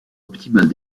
optimale